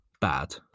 bad